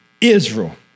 Israel